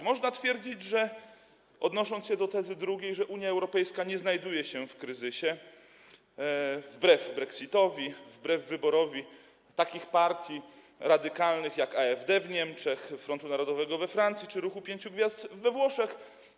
Można twierdzić, odnosząc się do tezy drugiej, że Unia Europejska nie znajduje się w kryzysie, wbrew brexitowi, wbrew wyborowi takich partii radykalnych, jak AfD w Niemczech, Frontu Narodowego we Francji czy Ruchu Pięciu Gwiazd we Włoszech.